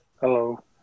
Hello